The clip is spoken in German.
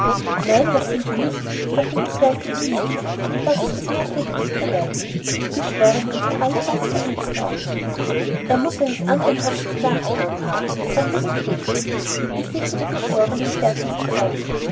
nein das sind sie nicht sagte das weiße kaninchen und das ist das merkwürdigste dabei die geschwornen sahen alle ganz verdutzt aus er muß eines andern handschrift nachgeahmt haben sagte der könig die gesichter der geschwornen klärten sich auf